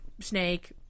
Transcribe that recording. snake